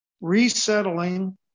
resettling